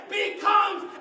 becomes